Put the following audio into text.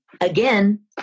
again